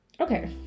Okay